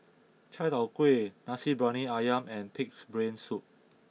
Chai Tow Kuay Nasi Briyani Ayam and Pig'S Brain Soup